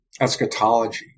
Eschatology